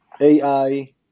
AI